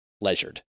leisured